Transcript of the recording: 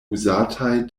uzataj